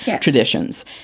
traditions